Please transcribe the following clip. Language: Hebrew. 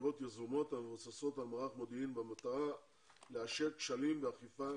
חקירות יזומות המבוססות על מערך מודיעין במטרה לאתר כשלים ואכיפת